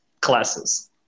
classes